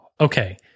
Okay